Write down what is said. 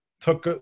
took